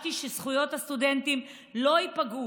ודרשתי שזכויות הסטודנטים לא יפגעו,